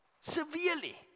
Severely